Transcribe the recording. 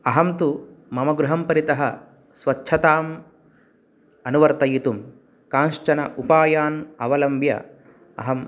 अहं तु मम गृहं परितः स्वच्छताम् अनुवर्तयितुं कांश्चन उपायान् अवलंभ्य अहं